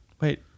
Wait